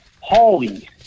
Holly